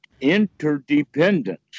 interdependence